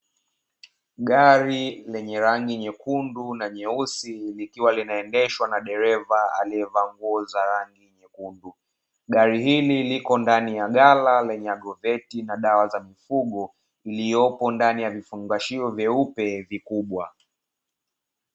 Gari lenye rangi nyekundu na nyeusi, likiwa linaendeshwa na dereva aliyevaa nguo za rangi nyekundu. Gari hili liko ndani ya gara lenye Agroveti na dawa za mifugo iliopo ndani ya vifungashio vyeupe vikubwa.